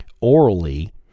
Orally